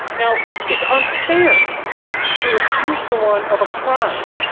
now, it's unfair to accuse someone of a crime,